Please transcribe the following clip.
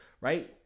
right